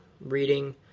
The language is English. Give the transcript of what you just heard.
reading